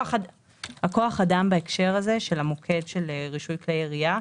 הכוח אדם בהקשר הזה של המוקד של רישוי כלי ירייה,